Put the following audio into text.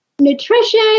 nutrition